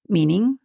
Meaning